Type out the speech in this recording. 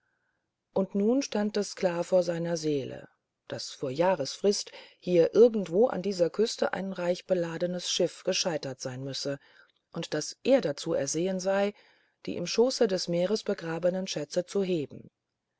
und nun stand es klar vor seiner seele daß vor jahresfrist hier irgendwo an dieser küste ein reich beladenes schiff gescheitert sein müsse und daß er dazu ersehen sei die im schoße des meeres begrabenen schätze zu heben